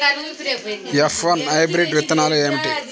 F one hybrid విత్తనాలు ఏమిటి?